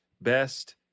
best